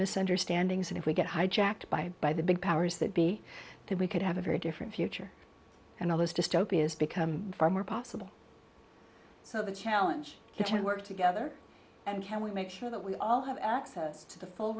misunderstandings and if we get hijacked by by the big powers that be then we could have a very different future and all those dystopias become far more possible so the challenge can work together and can we make sure that we all have access to the full